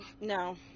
No